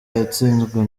yatsinzwe